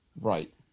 Right